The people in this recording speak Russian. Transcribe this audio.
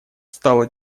стало